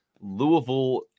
louisville